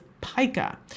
pica